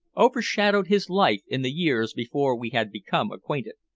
overshadowed his life in the years before we had become acquainted.